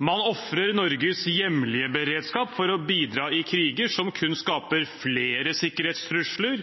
Man ofrer Norges hjemlige beredskap for å bidra i kriger som kun skaper flere sikkerhetstrusler,